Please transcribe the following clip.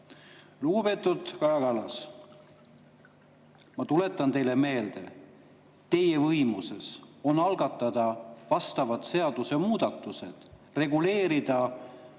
Lugupeetud Kaja Kallas, ma tuletan teile meelde, et teie võimuses on algatada vastavad seadusemuudatused, reguleerida